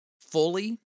fully